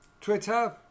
Twitter